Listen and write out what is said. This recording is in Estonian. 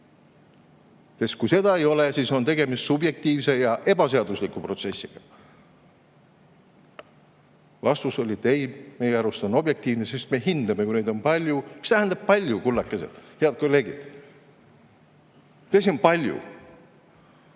Kui seda teada ei ole, siis on tegemist subjektiivse ja ebaseadusliku protsessiga. Vastus oli, et ei, meie arust on see objektiivne, sest me hindame selle järgi, kas neid on palju. Mis tähendab "palju", kullakesed? Head kolleegid, mis asi on "palju"?